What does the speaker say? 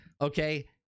okay